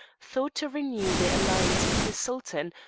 sought to renew their alliance with the sultan,